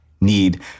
need